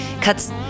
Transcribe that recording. cuts